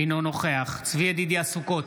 אינו נוכח צבי ידידיה סוכות,